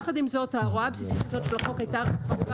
יחד עם זאת ההוראה הבסיסית הזאת של החוק הייתה הכפפה